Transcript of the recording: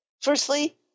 Firstly